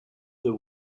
the